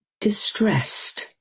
distressed